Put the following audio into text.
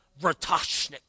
Vratoshnik